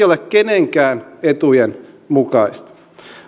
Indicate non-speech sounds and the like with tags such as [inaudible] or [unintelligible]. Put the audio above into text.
[unintelligible] ole kenenkään etujen mukaista